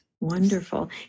Wonderful